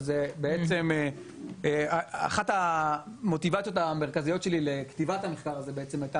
בעצם אחת המוטיבציות המרכזיות שלי לכתיבת המחקר הזה הייתה